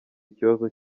ikibazo